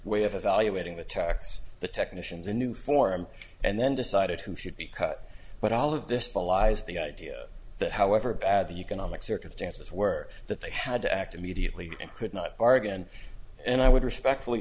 way of evaluating the tax the technicians a new form and then decided who should be cut but all of this belies the idea that however bad the economic circumstances were that they had to act immediately and could not bargain and i would respectfully